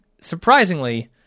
Surprisingly